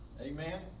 amen